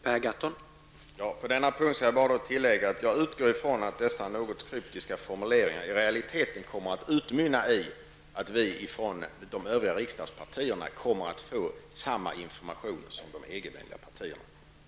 Herr talman! På denna punkt skall jag bara tillägga att jag utgår från att dessa kryptiska formuleringar i realiteten kommer att utmynna i att vi i de övriga riksdagspartierna kommer att få samma information som de EG-vänliga partierna.